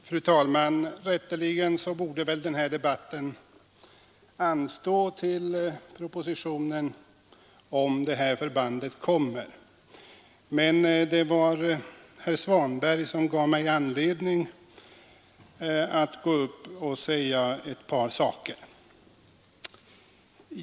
Fru talman! Rätteligen borde väl denna debatt anstå tills propositionen om det aktuella förbandet kommer. Herr Svanberg gav mig emellertid anledning att säga ett par saker i denna fråga.